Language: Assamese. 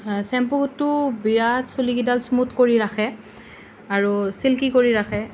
চেম্পুটো বিৰাট চুলিকেইডাল স্মুথ কৰি ৰাখে আৰু চিল্কি কৰি ৰাখে